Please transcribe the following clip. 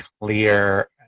clear